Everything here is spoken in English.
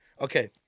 Okay